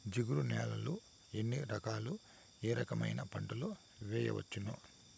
జిగురు నేలలు ఎన్ని రకాలు ఏ రకమైన పంటలు వేయవచ్చును?